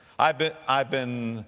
i've been, i've been,